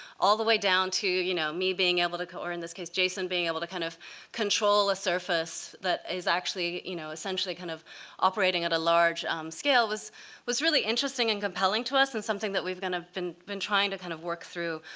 all the way down to you know me being able to or in this case, jason being able to kind of control a surface that is actually you know essentially kind of operating at a large scale was was really interesting and compelling to us, and something that we've kind of been been trying to kind of work through